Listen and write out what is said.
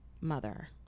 mother